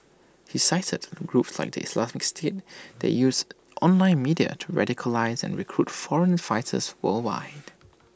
he cited groups like the Islamic state that used online media to radicalise and recruit foreign fighters worldwide